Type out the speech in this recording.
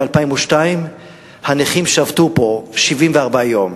ב-2002 הנכים שבתו פה 74 יום.